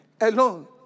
alone